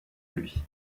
lui